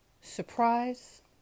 surprise